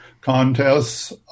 contests